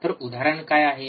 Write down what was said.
तर उदाहरण काय आहे